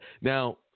Now